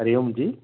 हरिः ओं जि